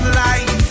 life